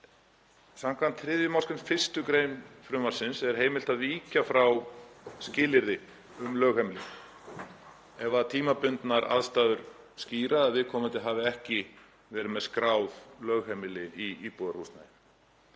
Skv. 3. mgr. 1. gr. frumvarpsins er heimilt að víkja frá skilyrði um lögheimili ef tímabundnar aðstæður skýra að viðkomandi hafi ekki verið með skráð lögheimili í íbúðarhúsnæði.